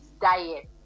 diet